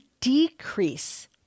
decrease